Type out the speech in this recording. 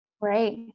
right